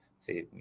See